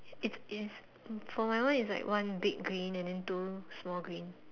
it's it's for my one is like one big green and then two small green